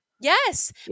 Yes